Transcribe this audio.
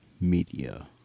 Media